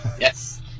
yes